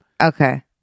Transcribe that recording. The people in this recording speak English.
Okay